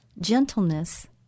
gentleness